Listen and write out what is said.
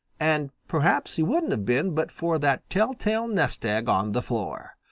and perhaps he wouldn't have been but for that telltale nest-egg on the floor.